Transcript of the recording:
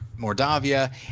mordavia